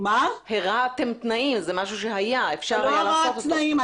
זאת לא הרעת תנאים.